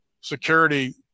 security